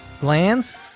Glands